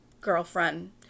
girlfriend